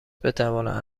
بتواند